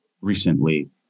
recently